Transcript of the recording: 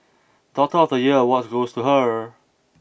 daughter of the year award goes to her